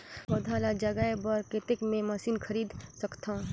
पौधा ल जगाय बर कतेक मे मशीन खरीद सकथव?